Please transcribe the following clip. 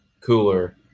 cooler